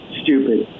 stupid